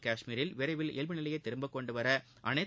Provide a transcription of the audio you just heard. காஷ்மீரில் விரைவில் இயல்பு நிலையை திரும்ப கொண்டுவர அனைத்து